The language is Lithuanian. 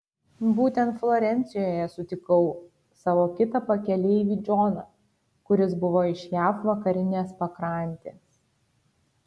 būtent florencijoje sutikau savo kitą pakeleivį džoną kuris buvo iš jav vakarinės pakrantės